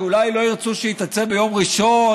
כי אולי לא ירצו שהיא תצא ביום ראשון.